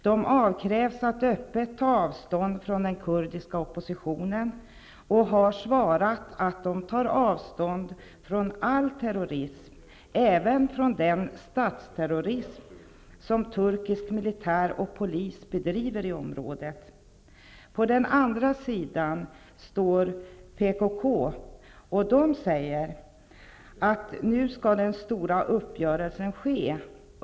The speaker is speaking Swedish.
De avkrävs att öppet ta avstånd från den kurdiska oppositionen och har svarat att de tar avstånd från all terrorism -- även den statsterrorism som turkisk militär och polis bedriver i området. På den andra sidan meddelar PKK, att nu skall den stora uppgörelsen ske.